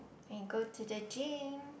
can go to the gym